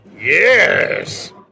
Yes